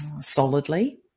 solidly